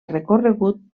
recorregut